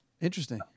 Interesting